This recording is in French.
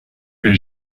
est